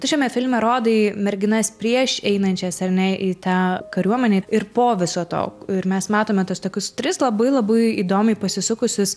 tu šiame filme rodai merginas prieš einančias ar ne į tą kariuomenę ir po viso to ir mes matome tuos tokius tris labai labai įdomiai pasisukusius